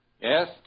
Yes